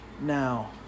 Now